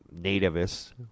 nativists